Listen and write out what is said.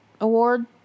award